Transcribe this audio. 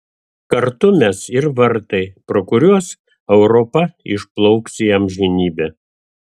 kartu mes ir vartai pro kuriuos europa išplauks į amžinybę